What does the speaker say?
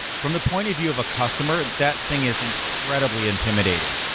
from the point of view of a customer, that thing is incredibly intimidating.